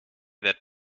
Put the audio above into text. that